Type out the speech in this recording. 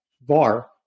bar